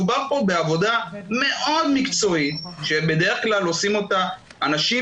מדובר כאן בעבודה מאוד מקצועית שבדרך כלל עושים אותה אנשים